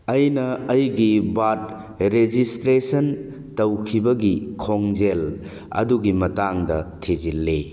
ꯑꯩꯅ ꯑꯩꯒꯤ ꯕꯥꯔꯠ ꯔꯦꯖꯤꯁꯇ꯭ꯔꯦꯁꯟ ꯇꯧꯈꯤꯕꯒꯤ ꯈꯣꯡꯖꯦꯜ ꯑꯗꯨꯒꯤ ꯃꯇꯥꯡꯗ ꯊꯤꯖꯤꯜꯂꯤ